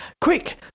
Quick